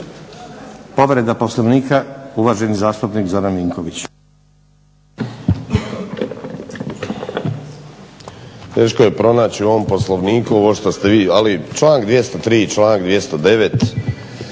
Povreda Poslovnika, uvaženi zastupnik Zoran Vinković.